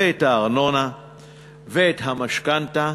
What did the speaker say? את הארנונה ואת המשכנתה,